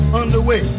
underway